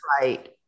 right